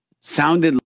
Sounded